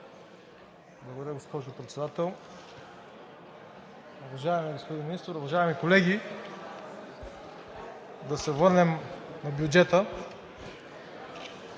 Благодаря, госпожо Председател. Уважаеми господин Министър, уважаеми колеги! Да се върнем на бюджета.